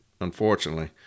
unfortunately